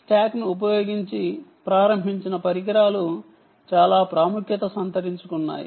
స్టాక్ను ఉపయోగించి ప్రారంభించిన పరికరాలు చాలా ప్రాముఖ్యత సంతరించుకున్నాయి